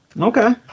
Okay